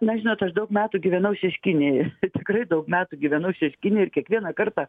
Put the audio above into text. na žinot aš daug metų gyvenau šeškinėj tikrai daug metų gyvenau šeškinėj ir kiekvieną kartą